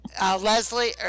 Leslie